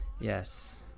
Yes